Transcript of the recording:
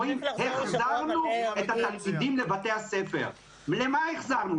אומרים: החזרנו את התלמידים לבתי ספר למה החזרנו?